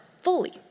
fully